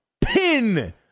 pin